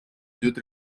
идет